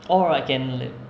or I can